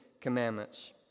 Commandments